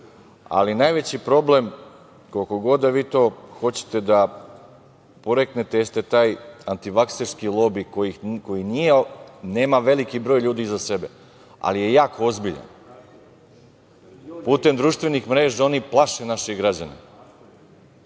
vakcina. Najveći problem, koliko god da vi to hoćete da poreknete, jeste taj antivakserski lobi koji nema veliki broj ljudi iza sebe, ali je jako ozbiljan. Putem društvenih mreža oni plaše naše građane. Znate